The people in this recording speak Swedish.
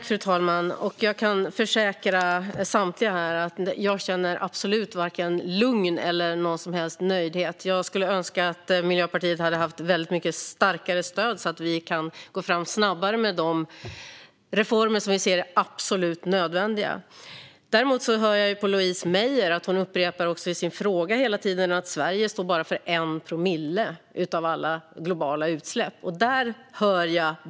Fru talman! Jag kan försäkra samtliga här att jag absolut inte känner vare sig lugn eller någon som helst nöjdhet. Jag skulle önska att Miljöpartiet hade väldigt mycket starkare stöd så att vi kunde gå fram snabbare med de reformer som vi ser är absolut nödvändiga. Däremot hör jag att Louise Meijer hela tiden upprepar att Sverige står för bara 1 promille av alla globala utsläpp.